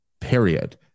period